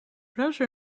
rose